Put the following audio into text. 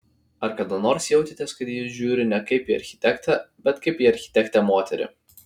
ar kada nors jautėtės kad į jūs žiūri ne kaip į architektą bet kaip į architektę moterį